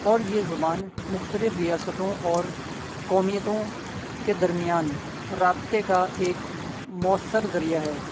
اور یہ زبان مختلف ریاستوں اور قومیتوں کے درمیان رابطے کا ایک مؤثر ذریعہ ہے